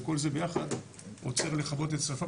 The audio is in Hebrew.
וכל זה ביחד עוזר לכבות את השריפה.